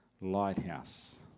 lighthouse